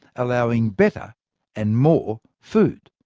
allowing better and more food.